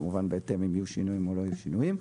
כמובן בהתאם אם יהיו שינויים או לא יהיו שינויים,